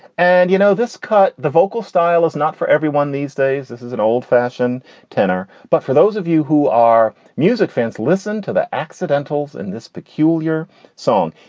and you know, this cut the vocal style is not for everyone these days. this is an old fashioned tenor. but for those of you who are music fans, listen to the accidentals in this peculiar song.